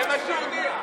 זה מה שהוא הודיע.